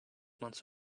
months